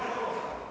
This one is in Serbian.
Hvala